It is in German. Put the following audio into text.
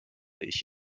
ich